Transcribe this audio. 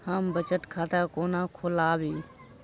हम बचत खाता कोना खोलाबी?